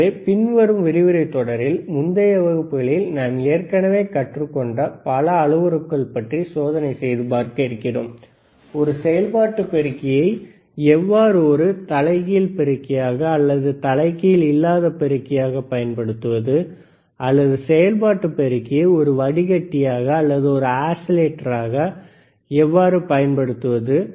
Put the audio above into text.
எனவே பின்வரும் விரிவுரைத் தொடரில் முந்தைய வகுப்புகளில் நாம் ஏற்கனவே கற்றுக்கொண்ட பல அளவுருக்கள் பற்றி சோதனை செய்து பார்க்க இருக்கிறோம் ஒரு செயல்பாட்டுப் பெருக்கியை எவ்வாறு ஒரு தலைகீழ் பெருக்கியாக அல்லது தலைகீழ் அல்லாத பெருக்கியாக பயன்படுத்துவது அல்லது செயல்பாட்டு பெருக்கியை ஒரு வடிகட்டியாக அல்லது ஒரு ஆஸிலேட்டராக எவ்வாறு பயன்படுத்துவது